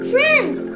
Friends